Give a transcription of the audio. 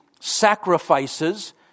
sacrifices